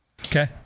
Okay